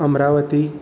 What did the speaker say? Amravati